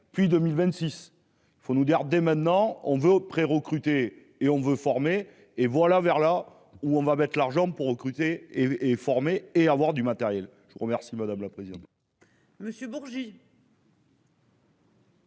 plus 2026. Il faut nous dire dès maintenant, on veut auprès recruter et on veut former et voilà vers là où on va mettre l'argent pour recruter et former et avoir du matériel, je vous remercie madame la présidente. Monsieur Bourgi.